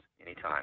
anytime